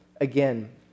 again